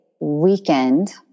weekend